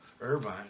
Irvine